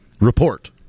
Report